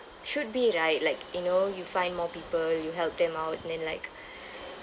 should be right like you know you find more people you help them out and then like